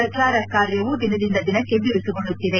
ಪ್ರಚಾರ ಕಾರ್ಯವು ದಿನದಿಂದ ದಿನಕ್ಕೆ ಬಿರುಸುಗೊಳ್ಳುತ್ತಿದೆ